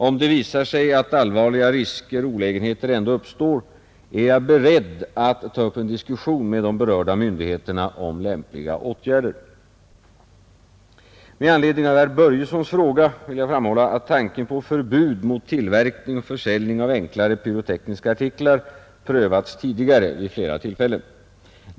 Om det visar sig att allvarliga risker och olägenheter ändå uppstår, är jag beredd att ta upp en diskussion med de berörda myndigheterna om lämpliga åtgärder. Med anledning av herr Börjessons fråga vill jag framhålla att tanken på förbud mot tillverkning och försäljning av enklare pyrotekniska artiklar prövats tidigare vid flera tillfällen.